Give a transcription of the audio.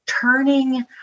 turning